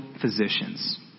physicians